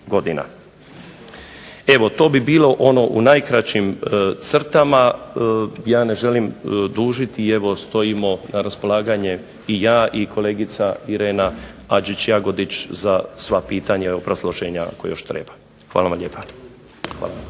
Evo to bi bilo ono u najkraćim crtama. Ja ne želim dužiti. I evo stojimo na raspolaganje i ja i kolegica Irena Adžić Jagodić za sva pitanja i obrazloženja ako još treba. Hvala vam lijepa.